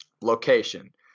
location